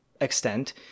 extent